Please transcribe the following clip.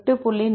8